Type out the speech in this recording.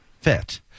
fit